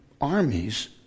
armies